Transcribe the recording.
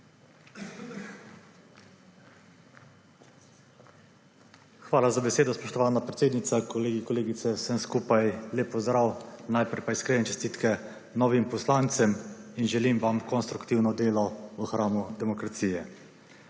Hvala za besedo, spoštovana predsednica. Kolegi, kolegice, vsem skupaj lep pozdrav! Najprej pa iskrene čestitke novim poslancem in želim vam konstruktivno delo v hramu demokracije!